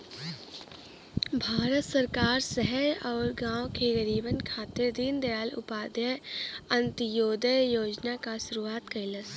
भारत सरकार शहर आउर गाँव के गरीबन खातिर दीनदयाल उपाध्याय अंत्योदय योजना क शुरूआत कइलस